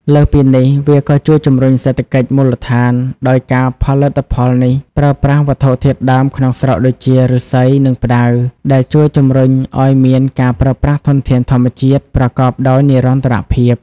លើសពីនេះ វាក៏ជួយជំរុញសេដ្ឋកិច្ចមូលដ្ឋាន ដោយការផលិតផលនេះប្រើប្រាស់វត្ថុធាតុដើមក្នុងស្រុកដូចជា ឫស្សី និងផ្តៅ ដែលជួយជំរុញឲ្យមានការប្រើប្រាស់ធនធានធម្មជាតិប្រកបដោយនិរន្តរភាព។